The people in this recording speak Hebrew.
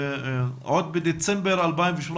עוד בדצמבר 2018,